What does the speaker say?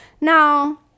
Now